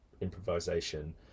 improvisation